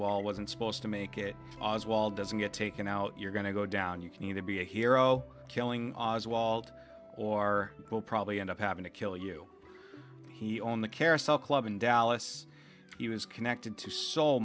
oswald wasn't supposed to make it oswald doesn't get taken out you're going to go down you can either be a hero killing walt or we'll probably end up having to kill you he owned the carousel club in dallas he was connected to so